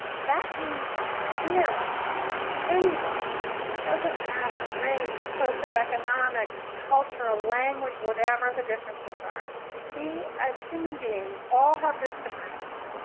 that means that clearly anybody doesn't matter race, socioeconomics, culture, ah language, whatever the differences are we, we, as human beings, all have this diversity.